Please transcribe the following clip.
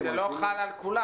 אבל זה לא חל על כולם.